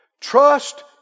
Trust